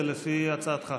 זה לפי הצעתך.